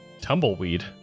Tumbleweed